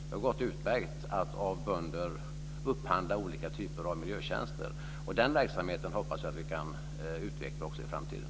Det har gått utmärkt att av bönder upphandla olika typer av miljötjänster, och den verksamheten hoppas jag att vi kan utveckla också i framtiden.